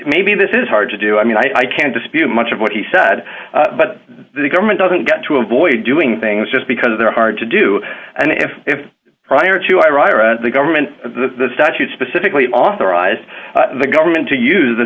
maybe this is hard to do i mean i can't dispute much of what he said but the government doesn't get to avoid doing things just because they're hard to do and if if prior to iraq the government the statute specifically authorized the government to use the